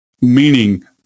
meaning